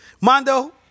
Mondo